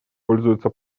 пользуется